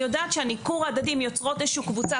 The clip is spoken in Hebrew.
אני יודעת שבניקור ההדדי הן יוצרות איזושהי קבוצה,